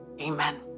Amen